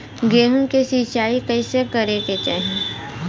गेहूँ के सिंचाई कइसे करे के चाही?